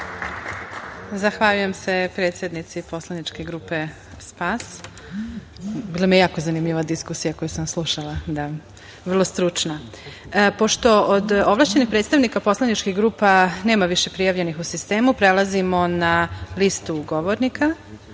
Zahvaljujem se predsednici poslaničke grupe SPAS.Bila mi je jako zanimljiva diskusija koju sam slušala, vrlo stručna. Pošto od ovlašćenih predstavnika poslaničkih grupa nema više prijavljenih u sistemu, prelazimo na listu govornika